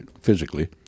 physically